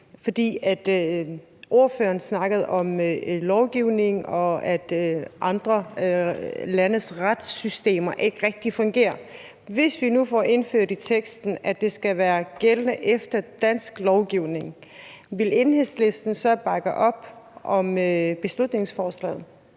Tak. Ordføreren snakkede om lovgivning, og at andre landes retssystemer ikke rigtig fungerer. Jeg vil egentlig spørge om, at hvis vi nu får indført i teksten, at det skal være gældende efter dansk lovgivning, vil Enhedslisten så bakke op om beslutningsforslaget?